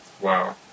Wow